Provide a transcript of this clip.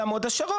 גם הוד השרון,